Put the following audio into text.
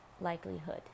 likelihood